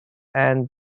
and